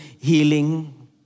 healing